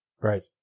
Right